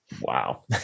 wow